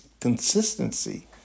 consistency